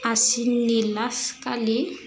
आसिननि last खालि